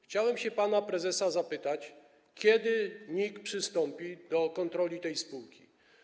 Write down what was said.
Chciałem pana prezesa zapytać, kiedy NIK przystąpi do kontroli tej spółki.